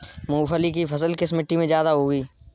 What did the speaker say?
मूंगफली की फसल किस मिट्टी में ज्यादा होगी?